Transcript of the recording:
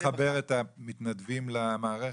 הוא מחבר את המתנדבים למערכת?